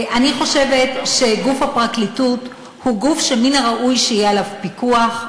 אני חושבת שגוף הפרקליטות הוא גוף שמן הראוי שיהיה עליו פיקוח,